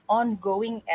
ongoing